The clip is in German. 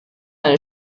eine